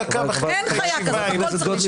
אין חיה כזאת, הכול צריך לבדוק.